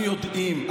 יודעים,